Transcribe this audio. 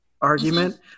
argument